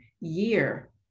year